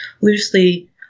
loosely